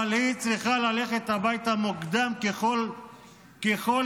אבל היא צריכה ללכת הביתה מוקדם ככל שניתן,